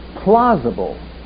plausible